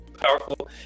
powerful